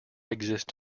exist